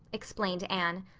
explained anne.